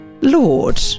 Lord